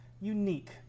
Unique